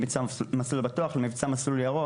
ממבצע "מסלול בטוח" למבצע "מסלול ירוק",